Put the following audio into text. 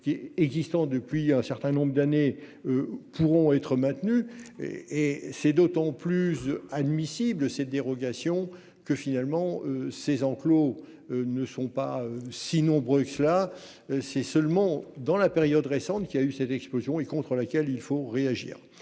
est existant depuis un certain nombre d'années. Pourront être maintenus et c'est d'autant plus admissible cette dérogation que finalement ces enclos, ne sont pas si nombreux que cela. C'est seulement dans la période récente, qui a eu cette explosion et contre laquelle il faut réagir.